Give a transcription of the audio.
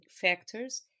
factors